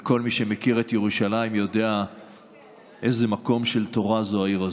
וכל מי שמכיר את ירושלים יודע איזה מקום של תורה העיר הזאת.